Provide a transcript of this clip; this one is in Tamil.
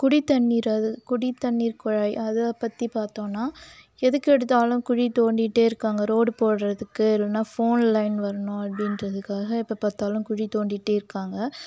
குடி தண்ணீர் அது குடி தண்ணீர் குழாய் அதை பற்றி பார்த்தோன்னா எதுக்கெடுத்தாலும் குழி தோண்டிகிட்டே இருக்காங்க ரோடு போடுறதுக்கு இல்லைனா ஃபோன் லைன் வரணும் அப்படின்றதுக்காக எப்போ பார்த்தாலும் குழி தோண்டிகிட்டே இருக்காங்க